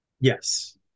Yes